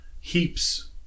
heaps